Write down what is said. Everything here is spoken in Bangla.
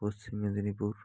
পশ্চিম মেদিনীপুর